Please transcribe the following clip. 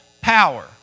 power